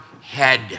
head